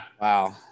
Wow